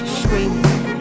screaming